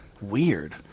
weird